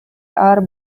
are